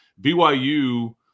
BYU